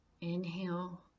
Inhale